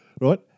Right